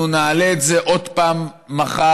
אנחנו נעלה את זה עוד פעם מחר,